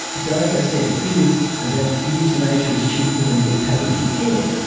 so as i said, fears that euthanasia is cheaper than good palliative care,